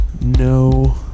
No